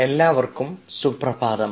എല്ലാവർക്കും സുപ്രഭാതം